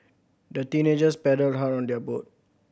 the teenagers paddled hard on their boat